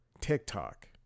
TikTok